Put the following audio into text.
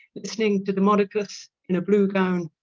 listening to demodicus in a blue gown,